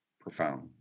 profound